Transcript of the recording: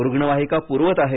रुग्णवाहिका पूरवत आहेत